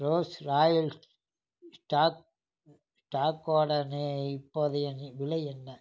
Rolle's Royce stock ஸ்டாக்கோட நெ இப்போதைய நி விலை என்ன